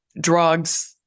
drugs